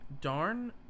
Darn